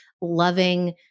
loving